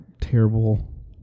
terrible